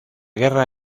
guerra